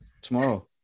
tomorrow